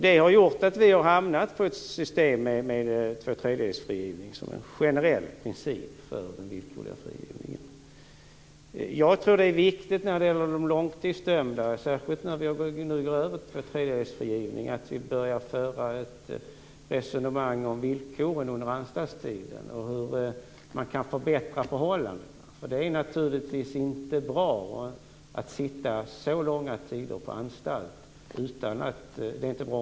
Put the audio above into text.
Detta har lett till att det har blivit en generell princip med tvåtredjedelsfrigivning för den villkorliga frigivningen. Det är viktigt för de långtidsdömda att vi nu vid en övergång till tvåtredjedelsfrigivning börjar resonera om villkoren under anstaltstiden och hur förhållandena kan förbättras. Det är inte bra att sitta så långa tider på anstalt.